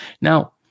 Now